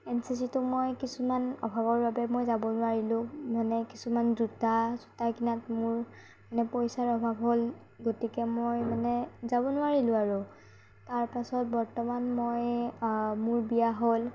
N C C তো মই কিছুমান অভাৱৰ বাবে মই যাব নোৱাৰিলো মানে কিছুমান জোতা জোতা কিনাত মোৰ মানে পইচাৰ অভাৱ হ'ল গতিকে মই মানে যাব নোৱাৰিলো আৰু তাৰ পাছত বৰ্তমান মই মোৰ বিয়া হ'ল